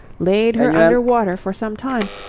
laid her under water for some time,